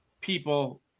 people